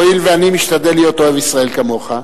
הואיל ואני משתדל להיות אוהב ישראל כמוך,